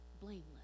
blameless